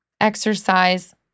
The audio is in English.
exercise